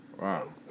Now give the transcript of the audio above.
Wow